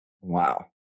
Wow